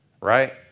right